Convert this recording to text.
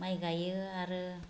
माइ गायो आरो